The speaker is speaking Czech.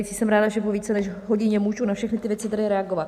Jsem ráda, že po více než hodině můžu na všechny ty věci tady reagovat.